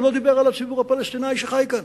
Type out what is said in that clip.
הוא לא דיבר על הציבור הפלסטיני שחי כאן.